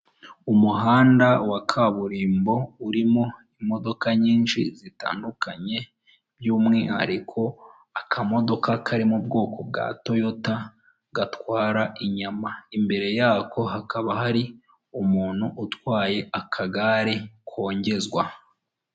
Umuhanda wa kaburimbo, urimo imodoka nyinshi zitandukanye, byumwihariko akamodoka kari mu bwoko bwa Toyota gatwara inyama. Imbere yako hakaba hari umuntu utwaye akagare kongezwa.